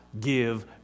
give